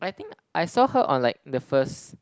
but I think I saw her on like the first